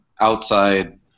outside